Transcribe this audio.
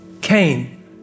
Cain